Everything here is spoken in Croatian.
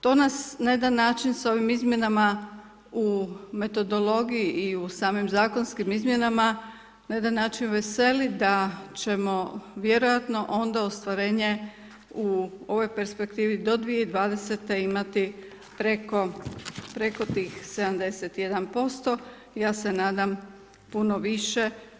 To nas na jedan način s ovim izmjenama u metodologiji i u samim zakonskim izmjenama na jedan način veseli da ćemo vjerojatno onda ostvarenje u ovoj perspektivi do 2020. imati preko tih 71% ja se nadam puno više.